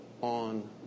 on